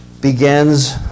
begins